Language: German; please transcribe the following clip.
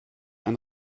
ein